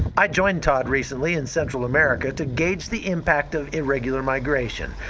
i joined todd recently in central america to gauge the impact of irregular migration.